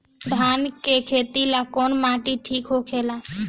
धान के खेती ला कौन माटी ठीक होखेला?